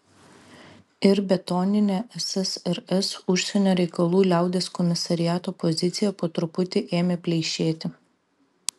ir betoninė ssrs užsienio reikalų liaudies komisariato pozicija po truputį ėmė pleišėti